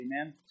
amen